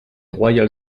royal